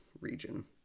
Region